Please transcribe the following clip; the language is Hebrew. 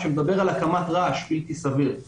ומדבר על הקמת רעש בלתי סביר.